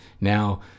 Now